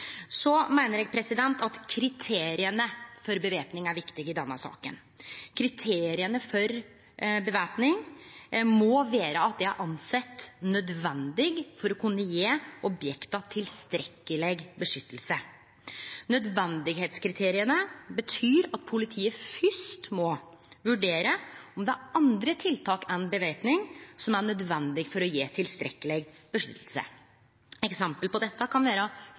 Eg meiner at kriteria for væpning er viktige i denne saka. Kriteria for væpning må vere at det er sett som nødvendig for å kunne gje objekta tilstrekkeleg vern. Nødvendigheitskriteria betyr at politiet først må vurdere om det er andre tiltak enn væpning som er nødvendige for å gje tilstrekkeleg sikring. Eksempel på dette kan